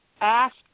ask